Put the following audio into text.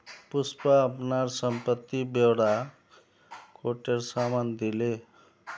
पुष्पा अपनार संपत्ति ब्योरा कोटेर साम न दिले